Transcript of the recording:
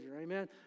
amen